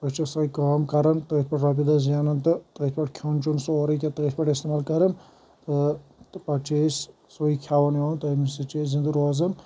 أسۍ چھِ سۄے کٲم کَران تہٕ رۄپیہِ دَہ زینان تہٕ تٔتھۍ پؠٹھ کھؠوٚن چؠوٚن سورُے کینٛہہ تٔتھۍ پؠٹھ اِستعمال کَران تہٕ پَتہٕ چھِ أسۍ سُے کھؠوان ویوان تہٕ أمی سۭتۍ چھ أسۍ زِنٛدٕ روزان